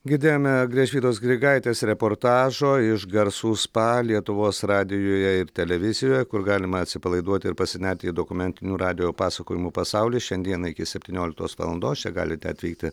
girdėjome gražvydos grigaitės reportažo iš garsų spa lietuvos radijuje ir televizijoje kur galima atsipalaiduoti ir pasinerti į dokumentinių radijo pasakojimų pasaulį šiandien iki septynioliktos valandos čia galite atvykti